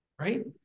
Right